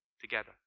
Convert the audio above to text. together